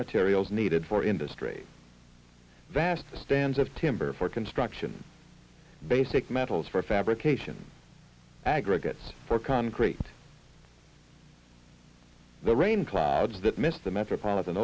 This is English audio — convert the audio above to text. materials needed for industry vast stands of timber for construction basic metals for fabrication aggregates for concrete the rain clouds that mist the metropolitan